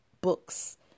books